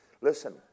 Listen